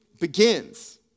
begins